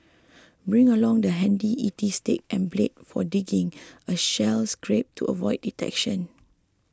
bring along the handy E T stick and blade for digging a shell scrape to avoid detection